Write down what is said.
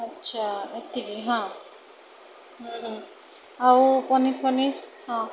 ଆଚ୍ଛା ଏତିକି ହଁ ହୁଁ ହୁଁ ଆଉ ପନିର୍ଫନିର ହଁ